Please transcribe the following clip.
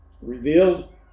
revealed